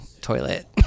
toilet